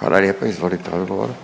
**Pocrnić-Radošević, Anita (HDZ)**